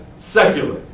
secular